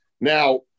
Now